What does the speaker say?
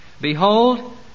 Behold